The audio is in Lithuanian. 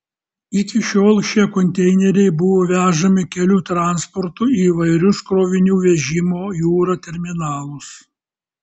iki šiol šie konteineriai buvo vežami kelių transportu į įvairius krovinių vežimo jūra terminalus